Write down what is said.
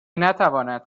نتوانند